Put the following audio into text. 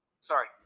sorry